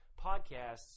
podcasts